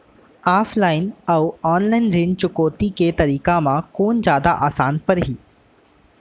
Offline अऊ online ऋण चुकौती के तरीका म कोन जादा आसान परही?